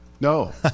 No